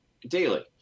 daily